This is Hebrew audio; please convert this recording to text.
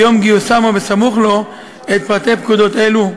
ביום גיוסם או בסמוך לו, את פרטי הפקודות הללו.